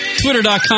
Twitter.com